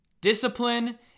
Discipline